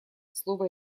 слово